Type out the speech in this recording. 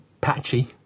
patchy